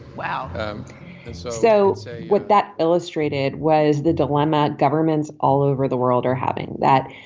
wow um so so so what that illustrated was the dilemma. governments all over the world are having that.